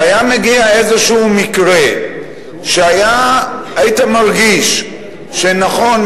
והיה מגיע איזה מקרה שהיית מרגיש שנכון,